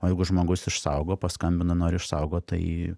o jeigu žmogus išsaugo paskambina nori išsaugot tai